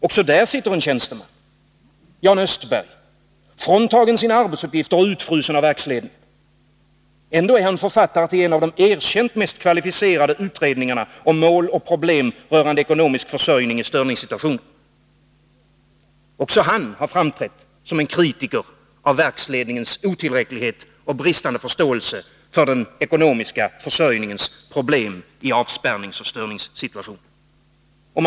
Även där sitter en tjänsteman, Jan Östberg, fråntagen sina arbetsuppgifter och utfrusen av verksledningen. Ändå är han författare till en av de erkänt mest kvalificerade utredningarna om mål och problem rörande ekonomisk försörjning i störningssituationer. Också han har framträtt som en kritiker av verksledningens otillräcklighet och bristande förståelse för den ekonomiska försörjningens problem i avspärrningsoch störningssituationer.